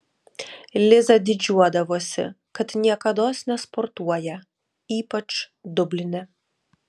liza didžiuodavosi kad niekados nesportuoja ypač dubline